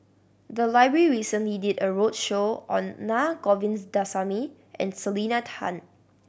the library recently did a roadshow on Naa Govindasamy and Selena Tan